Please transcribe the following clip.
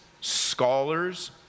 scholars